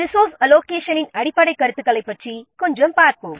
resource அலோகேஷனின் அடிப்படைக் கருத்துகளைப் பற்றி பார்ப்போம்